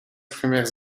premières